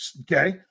Okay